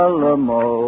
Alamo